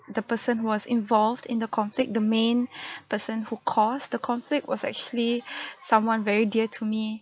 the person who was involved in the conflict the main person who caused the conflict was actually someone very dear to me